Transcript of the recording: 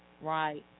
Right